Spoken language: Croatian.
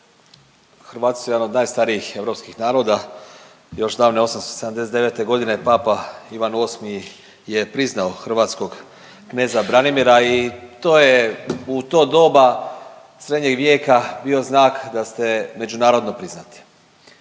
Hrvati su jedan od najstarijih europskih naroda, još davne 879.g., Papa Ivan VIII je priznao hrvatskog kneza Branimira i to je u to doba srednjeg vijeka bio znak da ste međunarodno priznati,